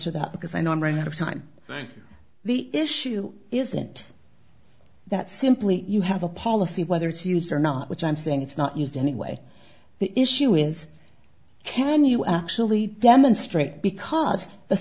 answer that because i know i'm running out of time thank you the issue isn't that simply you have a policy whether it's used or not which i'm saying it's not used anyway the issue is can you actually demonstrate because the